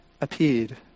appeared